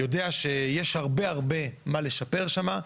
יודע שיש הרבה הרבה מה לשפר שם.